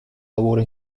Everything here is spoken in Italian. lavoro